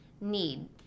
need